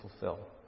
fulfill